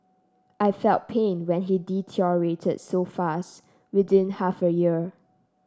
I felt pain when he deteriorated so fast within half a year